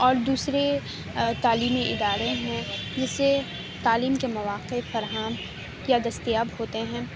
اور دوسرے تعلیمی ادارے ہیں جس سے تعلیم کے مواقع فراہم یا دستیاب ہوتے ہیں